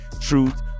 truth